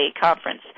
conference